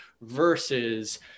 versus